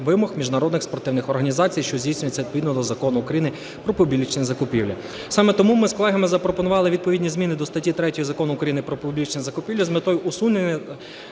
вимог міжнародних спортивних організацій, що здійснюються відповідно до Закону України "Про публічні закупівлі". Саме тому ми з колегами запропонували відповідні зміни до статті 3 Закону України "Про публічні закупівлі" з метою усунення